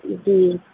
جی